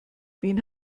wen